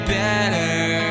better